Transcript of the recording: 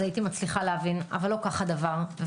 הייתי מצליחה להבין אבל לא כך הדבר.